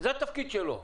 זה התפקיד שלו.